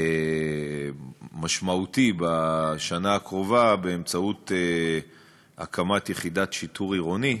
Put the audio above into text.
משמעותי בשנה הקרובה בהקמת יחידת שיטור עירוני,